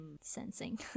sensing